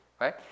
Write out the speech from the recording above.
right